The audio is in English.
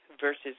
versus